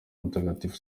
mutagatifu